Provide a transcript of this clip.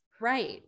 Right